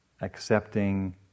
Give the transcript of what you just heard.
accepting